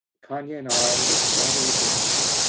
khanya and i were collateral damage.